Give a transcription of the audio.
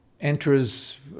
enters